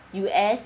U_S